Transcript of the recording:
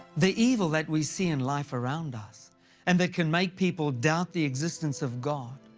the evil that we see in life around us and they can make people doubt the existence of god,